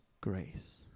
grace